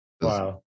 Wow